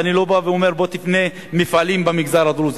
ואני לא בא ואומר: בוא תבנה מפעלים במגזר הדרוזי,